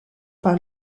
par